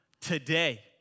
Today